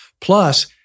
Plus